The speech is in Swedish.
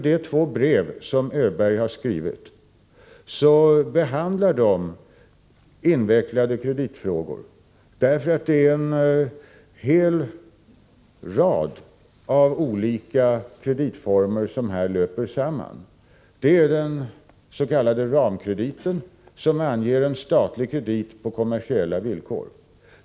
De två brev som Öberg har skrivit behandlar invecklade kreditfrågor, eftersom det är en hel rad olika kreditformer som här löper samman. Det är den s.k. ramkrediten, som anger en statlig kredit på kommersiella villkor.